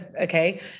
okay